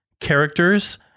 characters